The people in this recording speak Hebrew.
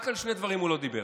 רק על שני דברים הוא לא דיבר: